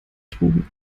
trugen